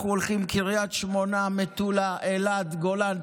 אנחנו הולכים, קריית שמונה, מטולה, אילת, גולן.